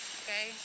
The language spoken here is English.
okay